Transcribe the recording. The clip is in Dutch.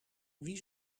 wie